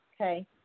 Okay